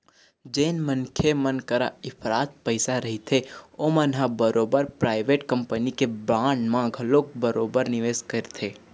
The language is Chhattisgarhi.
जेन मनखे मन करा इफरात पइसा रहिथे ओमन ह बरोबर पराइवेट कंपनी के बांड म घलोक बरोबर निवेस करथे